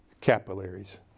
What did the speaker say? Capillaries